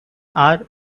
hour